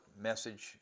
message